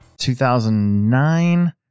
2009